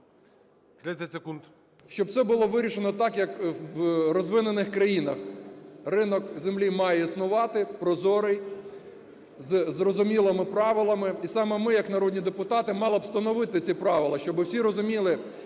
Щоб це було вирішено так, як в розвинених країнах. Ринок землі має існувати прозорий, із зрозумілими правилами. І саме ми як народні депутати мали б встановити ці правила, щоб всі розуміли,